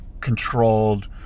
controlled